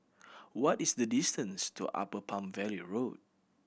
what is the distance to Upper Palm Valley Road